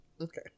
Okay